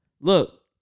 look